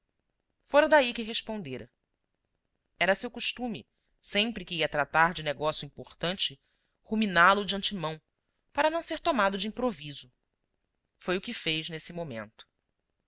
fora daí que respondera era seu costume sempre que ia tratar de negócio importante ruminá lo de antemão para não ser tomado de improviso foi o que fez nesse momento